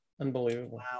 Unbelievable